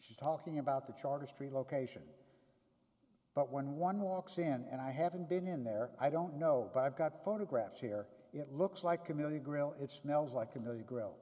she's talking about the charter street location but when one walks in and i haven't been in there i don't know i've got photographs here it looks like community grill it smells like a million grill